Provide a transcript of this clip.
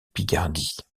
picardie